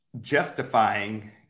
justifying